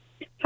Hi